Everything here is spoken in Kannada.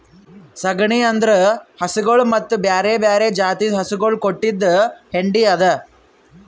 ಸಗಣಿ ಅಂದುರ್ ಹಸುಗೊಳ್ ಮತ್ತ ಬ್ಯಾರೆ ಬ್ಯಾರೆ ಜಾತಿದು ಹಸುಗೊಳ್ ಕೊಟ್ಟಿದ್ ಹೆಂಡಿ ಅದಾ